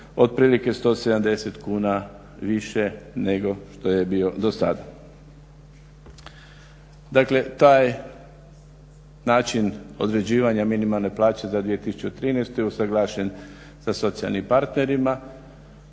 otplike 170 kuna više nego što je bio do sada. Dakle, taj način određivanja minimalne plaće za 2013. je usuglašen sa socijalnim partnerima